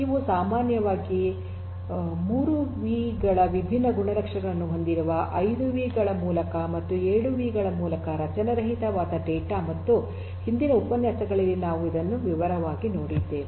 ಇವು ಸಾಮಾನ್ಯವಾಗಿ 3 ವಿ ಗಳ ವಿಭಿನ್ನ ಗುಣಲಕ್ಷಣಗಳನ್ನು ಹೊಂದಿರುವ 5 ವಿ ಗಳ ಮೂಲಕ ಮತ್ತು 7 ವಿ ಗಳ ಮೂಲಕ ರಚನೆರಹಿತವಾದ ಡೇಟಾ ಮತ್ತು ಹಿಂದಿನ ಉಪನ್ಯಾಸಗಳಲ್ಲಿ ನಾವು ಇದನ್ನು ವಿವರವಾಗಿ ನೋಡಿದ್ದೇವೆ